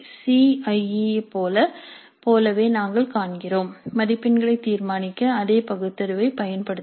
C I E ஐப் போலவே நாங்கள் காண்கிறோம் மதிப்பெண்களைத் தீர்மானிக்க அதே பகுத்தறிவைப் பயன்படுத்தவும்